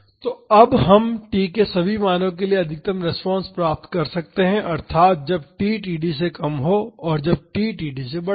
तो अब हम t के सभी मानों के लिए अधिकतम रिस्पांस प्राप्त कर सकते हैं अर्थात जब t td से कम हो और जब t td से बड़ा हो